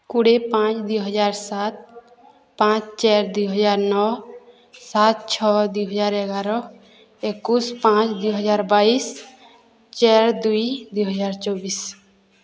କୋଡ଼ିଏ ପାଞ୍ଚ ଦୁଇ ହଜାର ସାତ ପାଞ୍ଚ ଚାର ଦୁଇ ହଜାର ନଅ ସାତ ଛଅ ଦୁଇ ହଜାର ଏଗାର ଏକୋଇଶ ପାଞ୍ଚ ଦୁଇ ହଜାର ବାଇଶ ଚାର ଦୁଇ ଦୁଇ ହଜାର ଚବିଶ